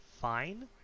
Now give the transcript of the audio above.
fine